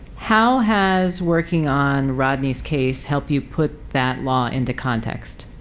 how has working on rodney's case helped you put that law into context?